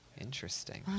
interesting